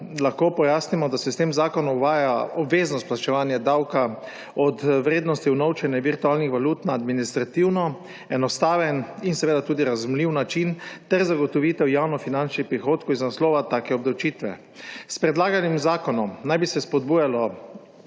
lahko pojasnimo, da se s tem zakonom uvaja obveznost plačevanja davka od vrednosti unovčenja virtualnih valut na administrativno enostaven in tudi razumljiv način ter zagotovitev javnofinančnih prihodkov iz naslova take obdavčitve. S predlaganim zakonom naj bi se spodbujalo